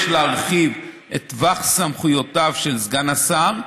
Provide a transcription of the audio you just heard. להרחיב את טווח סמכויותיו של סגן השר,